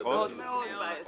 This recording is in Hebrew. מאוד מאוד בעייתי.